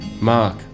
Mark